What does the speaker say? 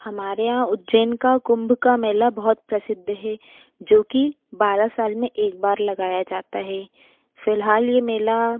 हमारे यहाँ उज्जैन का कुम्भ का मेला बहुत प्रसिद्ध है जोकि बारह साल में एक बार लगाया जाता है फिलहाल ये मेला